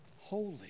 holy